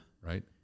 Right